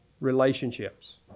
relationships